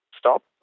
stop